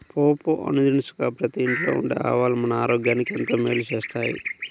పోపు దినుసుగా ప్రతి ఇంట్లో ఉండే ఆవాలు మన ఆరోగ్యానికి ఎంతో మేలు చేస్తాయి